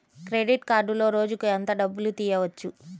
Credit కార్డులో రోజుకు ఎంత డబ్బులు తీయవచ్చు?